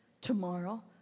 tomorrow